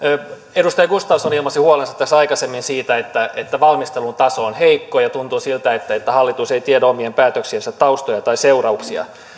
edustaja gustafsson ilmaisi huolensa tässä aikaisemmin siitä että että valmistelun taso on heikko ja tuntuu siltä että hallitus ei tiedä omien päätöksiensä taustoja tai seurauksia